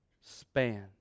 span